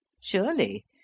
Surely